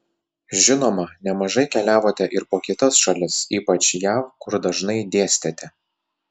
žinoma nemažai keliavote ir po kitas šalis ypač jav kur dažnai dėstėte